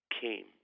came